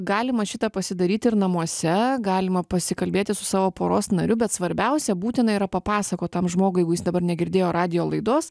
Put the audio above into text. galima šitą pasidaryti ir namuose galima pasikalbėti su savo poros nariu bet svarbiausia būtina yra papasakot tam žmogui jeigu jis dabar negirdėjo radijo laidos